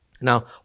Now